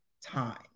time